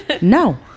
No